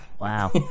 Wow